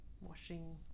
washing